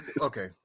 Okay